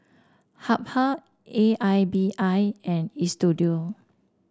Habhal A I B I and Istudio